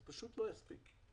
זה פשוט לא יספיק.